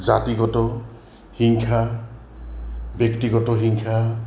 জাতিগত হিংসা ব্যক্তিগত হিংসা